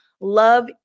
love